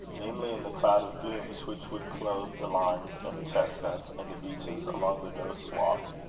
namely, in the cloud of blooms which would clothe the limes and the chestnuts and the beeches along the ghost's walk.